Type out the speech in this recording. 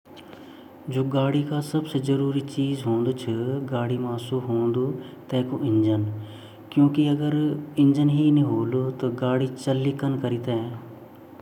जु कार छिन वेगा भोत भाग वोन अगिन जन वेगु वो शीशा लगया छिन वे लेट वोनी वेगु इंजन वोनु वेगा अंदर बैटिन वे वे जेते घूमों ची वे स्टेरिंग वोनो वे ब्रेक वोना सीटे वोनी अर बेल्ट वोना अर वे दरवाज़ा वोना वेगा पिछने सामन रखढ़ने दिग्गी वोन्दि ता ये तरह से भोत भागो बाटिन बड़दी।